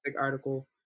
article